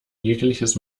jegliches